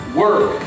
work